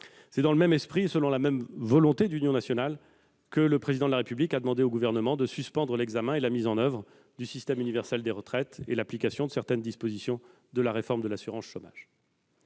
C'est dans le même esprit, selon la même volonté d'union nationale, que le Président de la République a demandé au Gouvernement de suspendre l'examen et la mise en oeuvre du système universel de retraite et l'application de certaines dispositions de la réforme de l'assurance chômage.